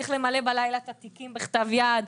צריך למלא את התיקים בלילה בכתב יד,